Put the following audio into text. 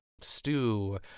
stew